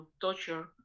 torture